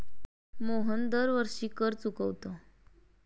मोहन दरवर्षी कर चुकवतो